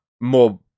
more